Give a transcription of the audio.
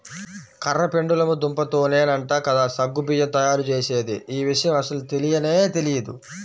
కర్ర పెండలము దుంపతోనేనంట కదా సగ్గు బియ్యం తయ్యారుజేసేది, యీ విషయం అస్సలు తెలియనే తెలియదు